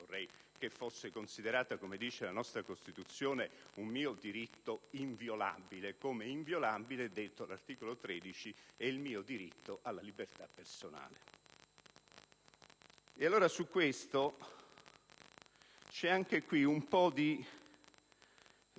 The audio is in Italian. Vorrei che fosse considerata, come dice la nostra Costituzione, un mio diritto inviolabile, come inviolabile, secondo l'articolo 13, è il mio diritto alla libertà personale. Anche su questo punto c'è un po' di strana